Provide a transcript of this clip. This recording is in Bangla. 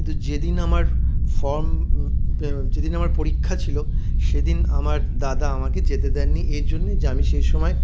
কিন্তু যেদিন আমার ফর্ম যেদিন আমার পরীক্ষা ছিলো সেদিন আমার দাদা আমাকে যেতে দেননি এর জন্য যে আমি সেই সময়